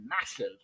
massive